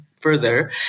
further